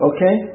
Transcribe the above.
Okay